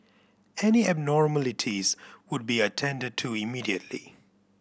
any abnormalities would be attended to immediately